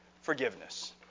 Forgiveness